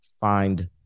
find